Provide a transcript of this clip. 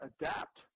adapt